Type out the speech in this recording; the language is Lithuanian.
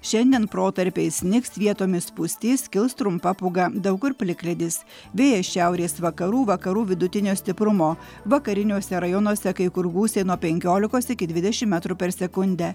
šiandien protarpiais snigs vietomis pustys kils trumpa pūga daug kur plikledis vėjas šiaurės vakarų vakarų vidutinio stiprumo vakariniuose rajonuose kai kur gūsiai nuo penkiolikos iki dvidešim metrų per sekundę